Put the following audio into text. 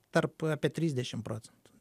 tarp apie trisdešim procentų